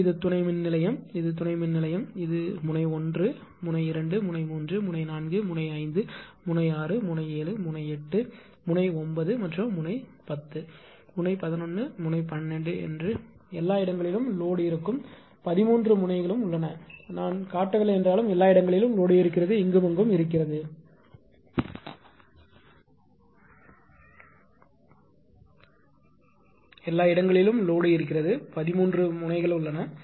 எனவே இது துணை மின்நிலையம் இது துணை மின்நிலையம் இது முனை 1 முனை 2 முனை 3 முனை 4 முனை 5 முனை 6 முனை 7 முனை 8 முனை 9 மற்றும் முனை 10 முனை 11 12 எனக் கூறுங்கள் எல்லா இடங்களிலும் லோடுஇருக்கும் பதின்மூன்று முனை உள்ளது